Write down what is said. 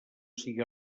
sigui